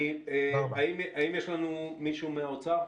האם יש לנו מישהו מהאוצר?